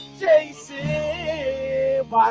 chasing